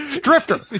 drifter